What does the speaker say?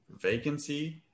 vacancy